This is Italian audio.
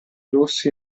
rossi